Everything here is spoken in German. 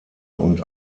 und